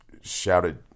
shouted